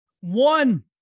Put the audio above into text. One